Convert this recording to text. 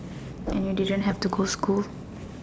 and you didn't had to go school